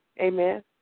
Amen